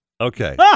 Okay